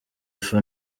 ifu